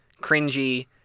cringy